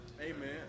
Amen